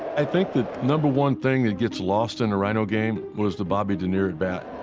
i think the number one thing that gets lost in a ryno game was the bobby dernier at-bat.